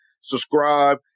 subscribe